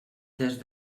des